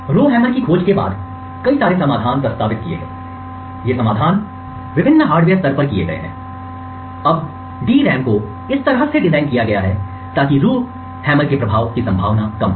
रो hammer की खोज के बाद कई सारे समाधान प्रस्तावित किए गए ये समाधान विभिन्न हार्डवेयर स्तर पर किए गए हैं अब DRAMs को इस तरह से डिज़ाइन किया गया है ताकि रो हैमर के प्रभाव की संभावना कम हो